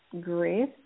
Grief